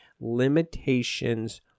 limitations